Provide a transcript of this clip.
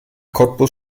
cottbus